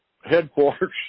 headquarters